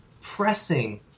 pressing